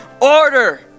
order